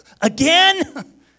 Again